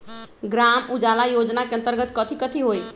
ग्राम उजाला योजना के अंतर्गत कथी कथी होई?